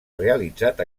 realitzat